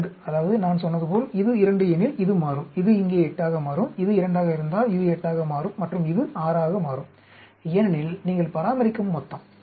2 அதாவது நான் சொன்னதுபோல் இது 2 எனில் இது மாறும் இது இங்கே 8 ஆக மாறும் இது 2 ஆக இருந்தால் இது 8 ஆக மாறும் மற்றும் இது 6 ஆக மாறும் ஏனெனில் நீங்கள் பராமரிக்கும் மொத்தம்